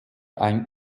ein